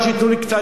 רק שייתנו לי קצת,